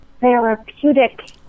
therapeutic